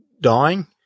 dying